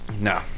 No